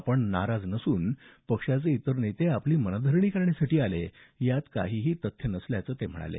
आपण पक्षावर नाराज नसून पक्षाचे इतर नेते आपली मनधरणी करण्यासाठी आले यात काहीही तथ्य नसल्याचं ते म्हणाले